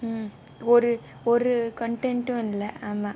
ஒரு ஒரு:oru oru content இல்லை அதான்:illai athaan